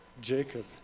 Jacob